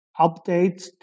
updates